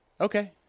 Okay